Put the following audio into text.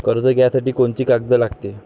कर्ज घ्यासाठी कोनची कागद लागते?